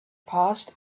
past